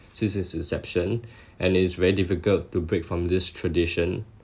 since its inception and it's